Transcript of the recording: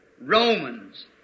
Romans